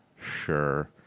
Sure